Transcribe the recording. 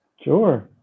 Sure